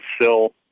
sill